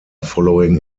following